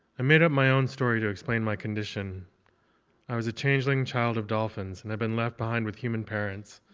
i made up my own story to explain my condition i was a changeling child of dolphins and i'd been left behind with human parents,